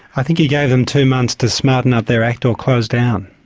i think he gave them two months to smarten up their act or close down.